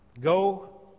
Go